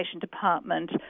Department